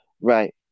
Right